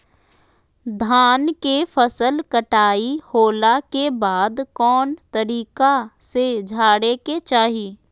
धान के फसल कटाई होला के बाद कौन तरीका से झारे के चाहि?